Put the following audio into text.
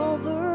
Over